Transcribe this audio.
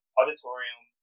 auditorium